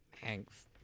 Thanks